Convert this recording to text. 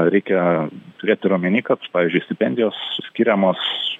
reikia turėt ir omeny kad pavyzdžiui stipendijos skiriamos